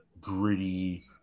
gritty